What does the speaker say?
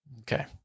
Okay